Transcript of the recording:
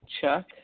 Chuck